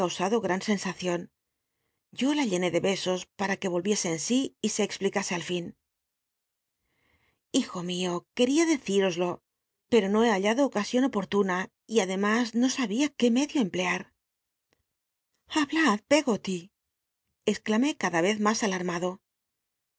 yo la llené de besos para uc volviese en sí y se ex plicase al fin hijo mio que decíroslo pero no he hallado oportu na y adcmas no sabia qué med io ocasioi emplear llablad pcggoty exclamé ca a ycz mas alarmado